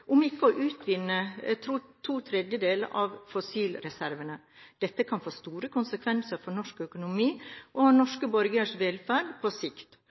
om ikke å utvinne ⅔ av fossilreservene. Dette kan få store konsekvenser for norsk økonomi og norske borgeres velferd på sikt,